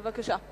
בבקשה.